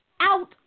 out